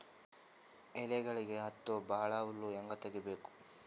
ಎಲೆಗಳಿಗೆ ಹತ್ತೋ ಬಹಳ ಹುಳ ಹಂಗ ತೆಗೀಬೆಕು?